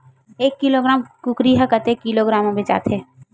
एक किलोग्राम कुकरी ह कतेक किलोग्राम म बेचाथे?